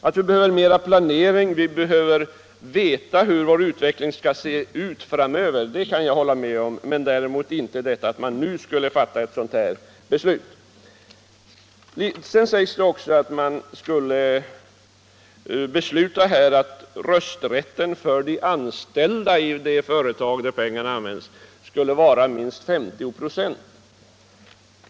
Alt vi behöver mer planering, att vi behöver veta hur vår utveckling skall se ut framöver, det kan jag hålla med om. Däremot kan jag inte vara med om att vi nu skulle fatta ett sådant beslut som det här är fråga om. Sedan sägs det också att man skulle besluta att rösträtten för de anställda i de företag där pengarna används skall vara minst 50 96.